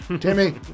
Timmy